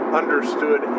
understood